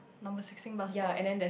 number sixteen bus stop